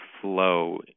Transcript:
flow